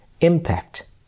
impact